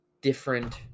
different